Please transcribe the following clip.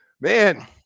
man